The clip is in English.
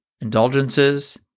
indulgences